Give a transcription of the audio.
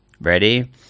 ready